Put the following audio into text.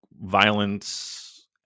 violence